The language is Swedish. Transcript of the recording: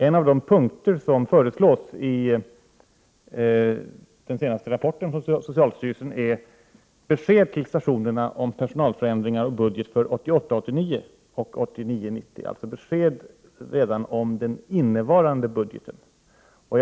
En av de punkter som föreslås i den senaste rapporten från socialstyrelsen gäller besked till stationerna om personalförändringar och budget för 1988 90, alltså också besked beträffande budgeten för innevarande verksamhetsår.